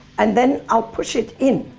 and then ah push it in.